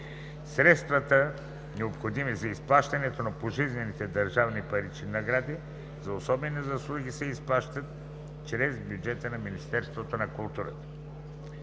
Средствата, необходими за изплащането на пожизнените държавни парични награди за особени заслуги, се изплащат чрез бюджета на Министерството на културата.